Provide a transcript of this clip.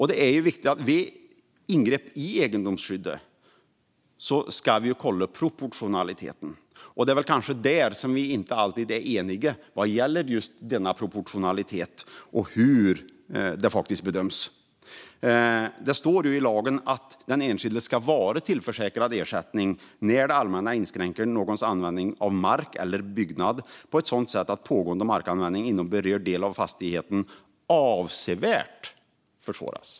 Det är viktigt vid ingrepp i egendomsskyddet att kontrollera proportionaliteten, men just när det gäller proportionaliteten och hur det bedöms är vi kanske inte alltid eniga. Det står i lagen att den enskilde ska vara tillförsäkrad ersättning när det allmänna inskränker någons användning av mark eller byggnad på ett sådant sätt att pågående markanvändning inom berörd del av fastigheten avsevärt försvåras.